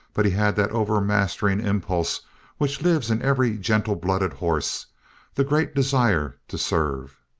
but he had that overmastering impulse which lives in every gentle-blooded horse the great desire to serve.